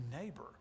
neighbor